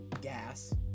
gas